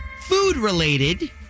food-related